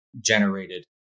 generated